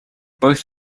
both